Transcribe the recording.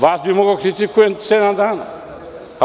Vas bih mogao da kritikujem sedam dana.